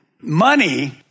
Money